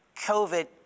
COVID